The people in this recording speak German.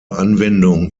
anwendung